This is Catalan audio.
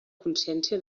consciència